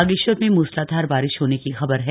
बागेश्वर में मुसलाधार बारिश होने की खबर है